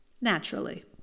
naturally